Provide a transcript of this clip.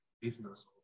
business